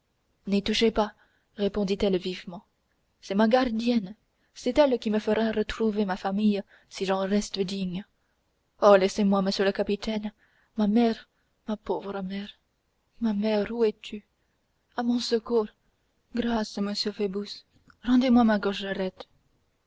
n'y touchez pas répondit-elle vivement c'est ma gardienne c'est elle qui me fera retrouver ma famille si j'en reste digne oh laissez-moi monsieur le capitaine ma mère ma pauvre mère ma mère où es-tu à mon secours grâce monsieur phoebus rendez-moi ma